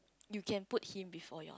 you can put him before your